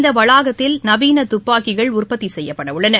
இந்த வளாகத்தில் நவீன துப்பாக்கிகள் உற்பத்தி செய்யப்படவுள்ளன